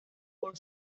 por